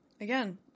Again